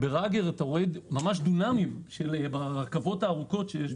וברגר אתה רואה ממש דונמים ברכבות הארוכות שיש שם.